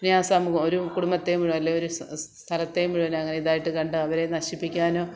ഇനി ആ സമൂഹം ഒരു കുടുംബത്തെ മുഴുവൻ അല്ലെങ്കിൽ ഒരു സ്ഥലത്തെ മുഴുവൻ അങ്ങനെ ഇതായിട്ട് കണ്ട് അവരെ നശിപ്പിക്കാനും